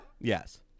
Yes